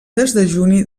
desdejuni